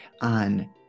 on